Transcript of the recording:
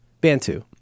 Bantu